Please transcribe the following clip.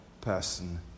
person